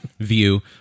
view